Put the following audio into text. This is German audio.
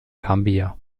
gambia